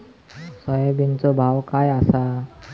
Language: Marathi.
सोयाबीनचो भाव काय आसा?